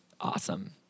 awesome